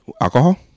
Alcohol